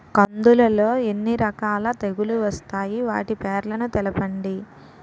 కందులు లో ఎన్ని రకాల తెగులు వస్తాయి? వాటి పేర్లను తెలపండి?